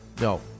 no